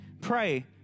pray